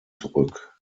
zurück